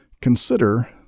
Consider